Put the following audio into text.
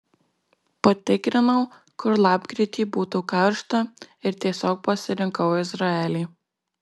patikrinau kur lapkritį būtų karšta ir tiesiog pasirinkau izraelį